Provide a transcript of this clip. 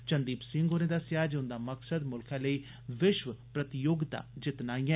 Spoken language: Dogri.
चंदीप सिंह होरें दस्सेआ जे उंदा मकसद मुल्खै लेई विश्व प्रतियोगिता जित्तना ऐ